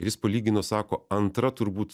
jis palygino sako antra turbūt